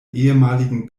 ehemaligen